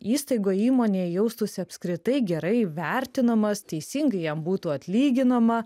įstaigoj įmonėj jaustųsi apskritai gerai vertinamas teisingai jam būtų atlyginama